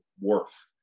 worth